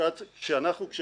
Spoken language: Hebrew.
השדה היה אמור להיסגר כבר